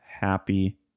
happy